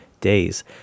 days